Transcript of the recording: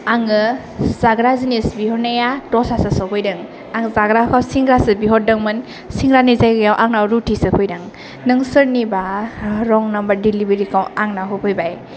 आङो जाग्रा जिनिस बिहरनाया दस्रासो सफैदों आं जाग्राखौ सिंग्रासो बिहरदोंमोन सिंग्रानि जायगायाव आंनाव रुथिसो फैदों नों सोरनिबा रं नाम्बार दिलिभारि खौ आंनाव होफैबाय